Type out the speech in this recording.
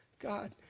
God